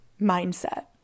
mindset